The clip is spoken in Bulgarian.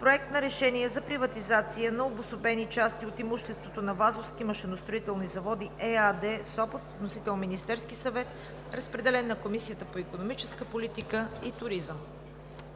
Проект на решение за приватизация на обособени части от имуществото на „Вазовски Машиностроителни заводи“ ЕАД – град Сопот. Вносител е Министерският съвет. Разпределен е на Комисията по икономическа политика и туризъм.